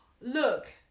look